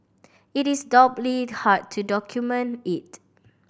it is doubly hard to document it